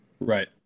Right